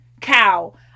cow